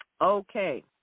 Okay